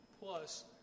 plus